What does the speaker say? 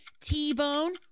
T-bone